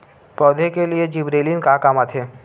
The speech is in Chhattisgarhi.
पौधा के लिए जिबरेलीन का काम आथे?